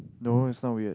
no is not weird